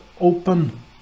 open